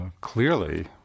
clearly